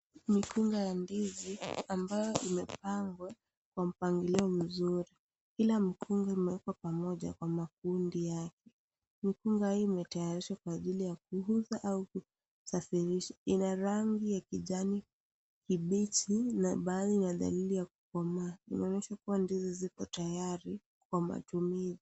Mikunga ya ndizi ambayo imepangwa kwa mpangilio mzuri. Kila mkunga umewekwa pamoja kwa makundi yake. Mikunga hii imetayarishwa kwa ajili ya kuuzwa au kusafirishwa ina rangi kijani kibichi na baadhi ya dalili ya kukomaa kuonyesha kuwa ndizi ziko tayari kwa matumizi.